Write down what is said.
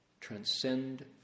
transcend